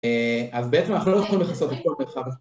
‫אז בעצם אנחנו לא הולכים ‫לכסות את כל מרחב ה..